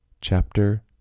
Chapter